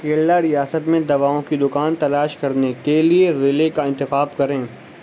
کیرلا ریاست میں دواؤں کی دوکان تلاش کرنے کے لیے ضلعے کا انتخاب کریں